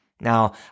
Now